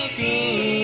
good